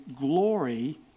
glory